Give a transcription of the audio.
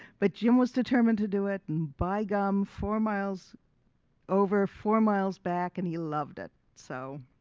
but jim was determined to do it and by gum four miles over, four miles back and he loved it, so.